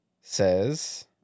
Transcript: says